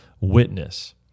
witness